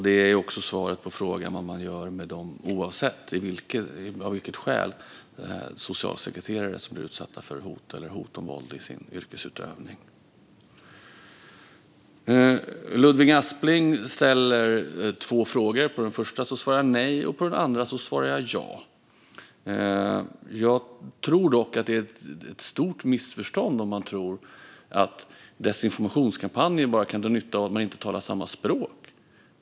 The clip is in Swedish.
Det ger också svar på frågan vad man gör med de socialsekreterare som oavsett skäl blir utsatta för hot eller hot om våld i sin yrkesutövning. Ludvig Aspling ställer en tudelad fråga. På första delen svarar jag nej, och på den andra svarar jag ja. Jag tror dock att det är ett stort missförstånd om man tror att desinformationskampanjer bara kan dra nytta av att människor inte talar språket.